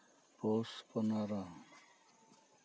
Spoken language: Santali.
ᱯᱩᱥ ᱯᱚᱱᱚᱨᱚ